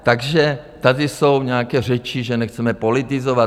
Takže tady jsou nějaké řeči, že nechceme politizovat.